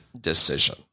decision